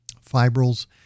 fibrils